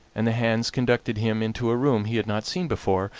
and the hands conducted him into a room he had not seen before,